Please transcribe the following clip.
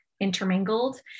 intermingled